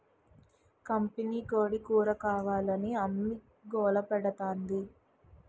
కంపినీకోడీ కూరకావాలని అమ్మి గోలపెడతాంది